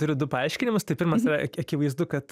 turiu du paaiškinimus tai pirmas yra ak akivaizdu kad